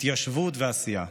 התיישבות ועשייה,